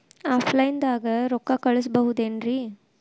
Offline ದಾಗ ರೊಕ್ಕ ಕಳಸಬಹುದೇನ್ರಿ?